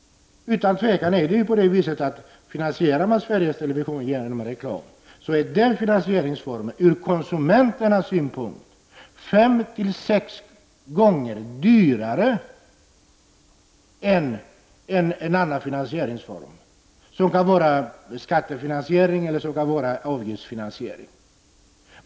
Finansierar man Sveriges Television med reklam blir den finansieringsformen ur konsumenternas synpunkt utan tvivel fem sex gånger dyrare än en annan finansieringsform, som kan vara skattefinansiering eller avgiftsfinansiering.